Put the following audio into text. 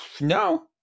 no